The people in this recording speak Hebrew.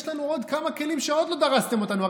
יש לנו עוד כמה כלים שעוד לא דרסתם אותנו.